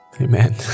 Amen